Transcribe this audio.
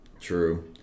True